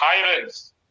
tyrants